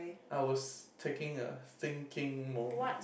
I will taking a thinking moment